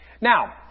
Now